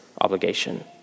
obligation